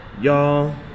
y'all